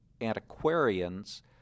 antiquarians